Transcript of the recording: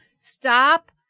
stop